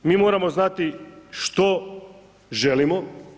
Mi moramo znati što želimo.